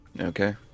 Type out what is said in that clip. Okay